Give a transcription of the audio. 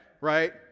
right